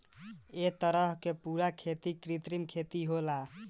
ए तरह के पूरा खेती कृत्रिम खेती होला